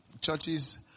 Churches